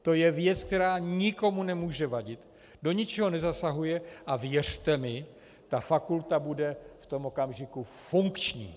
To je věc, která nikomu nemůže vadit, do ničeho nezasahuje, a věřte mi, tak fakulta bude v tom okamžiku funkční.